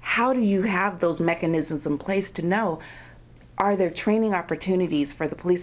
how do you have those mechanisms in place to know are there training opportunities for the police